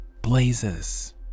blazes